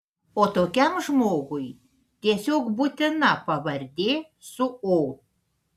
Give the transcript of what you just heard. o tokiam žmogui tiesiog būtina pavardė su o